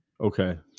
okay